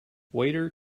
waiter